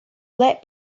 let